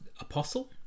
Apostle